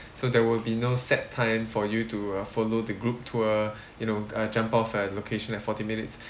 so there will be no set time for you to uh follow the group tour you know uh jump off at a location at forty minutes